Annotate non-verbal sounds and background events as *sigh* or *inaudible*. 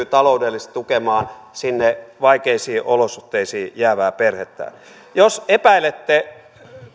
*unintelligible* taloudellisesti tukemaan sinne vaikeisiin olosuhteisiin jäävää perhettä jos epäilette